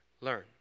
Learn